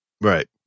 right